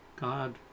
God